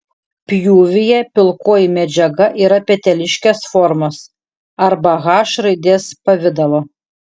pjūvyje pilkoji medžiaga yra peteliškės formos arba h raidės pavidalo